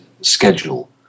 schedule